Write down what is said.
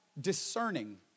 discerning